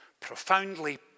profoundly